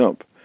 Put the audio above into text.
up